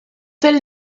tel